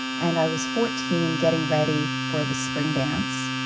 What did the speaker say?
and i was fourteen getting ready for the spring dance,